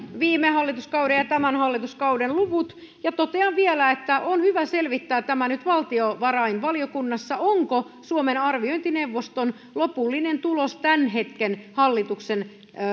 viime hallituskauden ja tämän hallituskauden luvut ja totean vielä että on hyvä selvittää tämä nyt valtiovarainvaliokunnassa onko talouspolitiikan arviointineuvoston lopullinen arvio tämän hetken hallituksen